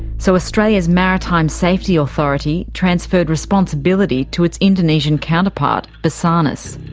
so australia's maritime safety authority transferred responsibility to its indonesian counterpart, basarnas.